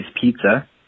pizza